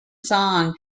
song